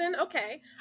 okay